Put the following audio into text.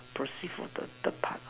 proceed for the third part